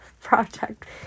project